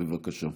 בבקשה.